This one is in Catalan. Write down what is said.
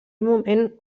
moment